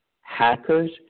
hackers